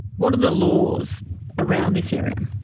what are the laws around this area?